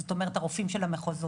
זאת אומרת הרופאים של המחוזות.